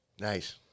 Nice